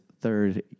third